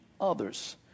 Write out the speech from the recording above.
others